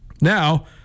Now